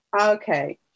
Okay